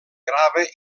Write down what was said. grava